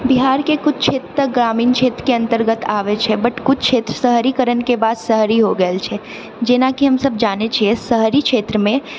बिहारके कुछ क्षेत्र तऽ ग्रामीण क्षेत्रके अन्तर्गत आबै छै बट कुछ क्षेत्र शहरीकरणके बाद शहरी हो गेल छै जेना कि हम सब जानै छियै शहरी क्षेत्रमे